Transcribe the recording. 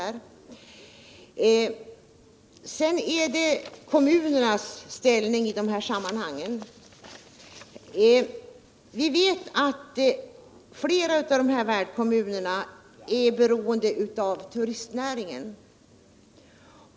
Vi vet att flera av de tänkta värdkommunerna för de olympiska vinterspelen är beroende av turistnäringen.